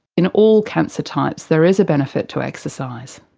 in all cancer types there is a benefit to exercise.